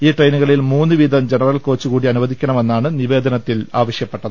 ഈ ട്രെയിനുകളിൽ മൂന്ന് വീതം ജനറൽ കോച്ച് കൂടി അനുവദിക്കണമെന്നാണ് നിവേദനത്തിൽ ആവശൃപ്പെട്ടത്